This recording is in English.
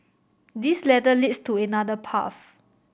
this ladder leads to another path